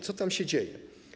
Co tam się dzieje?